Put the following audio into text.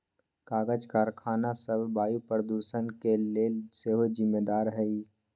कागज करखना सभ वायु प्रदूषण के लेल सेहो जिम्मेदार हइ